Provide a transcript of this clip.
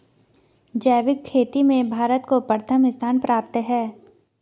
जैविक खेती में भारत को प्रथम स्थान प्राप्त है